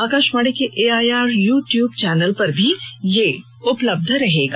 आकाशवाणी के AIR YouTube channel पर भी यह उपलब्ध रहेगा